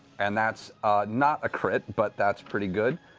and that's not a crit, but that's pretty good.